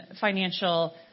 financial